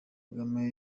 kagame